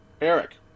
Eric